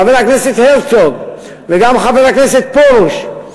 חבר הכנסת הרצוג וגם חבר הכנסת פרוש,